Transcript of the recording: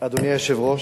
אדוני היושב-ראש,